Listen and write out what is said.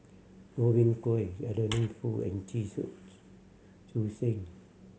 Godwin Koay Adeline Foo and Chu Chee Seng